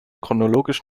chronologisch